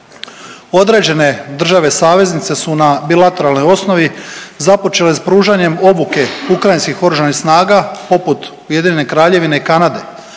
Određene države saveznice su na bilateralnoj osnovi započele s pružanjem obuke ukrajinskih oružanih snaga, poput Ujedine Kraljevine i Kanade,